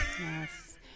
Yes